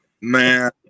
Man